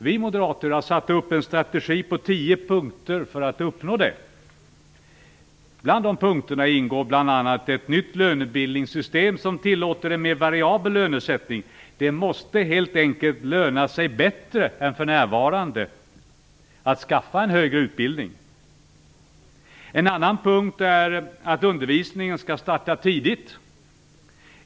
Vi moderater har satt upp en strategi på 10 punkter för att uppnå det. Bland de punkterna ingår ett nytt lönebildningssystem som tillåter en mer variabel lönesättning. Det måste helt enkelt löna sig bättre än för närvarande att skaffa en högre utbildning. En annan punkt är att undervisningen skall starta tidigt.